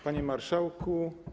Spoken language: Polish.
Panie Marszałku!